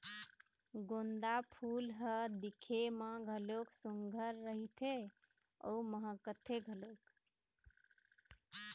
गोंदा फूल ह दिखे म घलोक सुग्घर रहिथे अउ महकथे घलोक